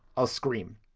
i'll scream.